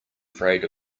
afraid